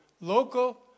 local